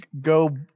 go